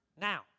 now